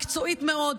מקצועית מאוד,